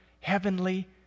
heavenly